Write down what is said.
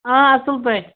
آ اصٕل پٲٹھۍ